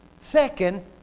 Second